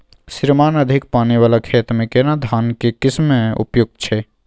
श्रीमान अधिक पानी वाला खेत में केना धान के किस्म उपयुक्त छैय?